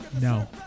No